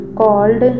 called